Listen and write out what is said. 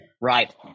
right